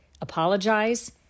apologize